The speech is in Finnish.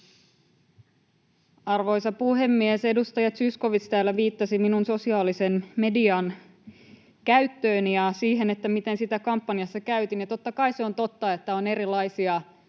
Arvoisa puhemies! Edustaja Zyskowicz täällä viittasi minun sosiaalisen median käyttööni ja siihen, miten sitä kampanjassa käytin. Totta kai se on totta, että on erilaisia